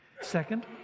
Second